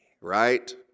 right